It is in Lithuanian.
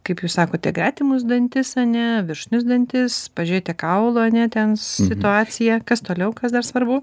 kaip jūs sakote gretimus dantis ane viršutinius dantis pažiūrėjote kaulo ane ten situaciją kas toliau kas dar svarbu